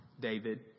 David